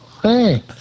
Hey